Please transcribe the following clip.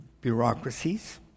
bureaucracies